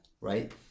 Right